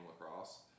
Lacrosse